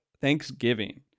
Thanksgiving